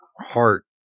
heart